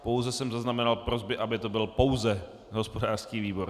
Pouze jsem zaznamenal prosby, aby to byl pouze hospodářský výbor.